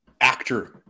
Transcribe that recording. actor